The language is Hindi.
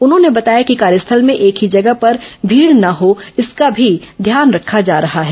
उन्होंने बताया कि कार्यस्थल में एक ही जगह पर भीड़ न हो इसका भी ध्यान रखा जा रहा है